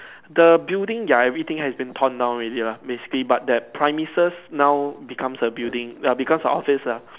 the building ya everything has been torn down already lah basically but that premises now becomes a building err becomes a office lah